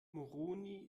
moroni